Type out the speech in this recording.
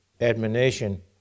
admonition